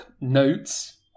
notes